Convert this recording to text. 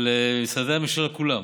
אבל משרדי הממשלה כולם